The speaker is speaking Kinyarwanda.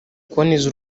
kuboneza